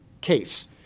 case